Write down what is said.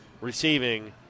receiving